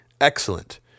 Excellent